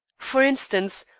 for instance,